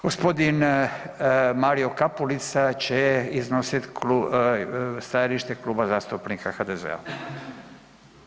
Gospodin Mario Kapulica će iznositi stajalište Kluba zastupnika HDZ-a.